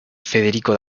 federico